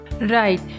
Right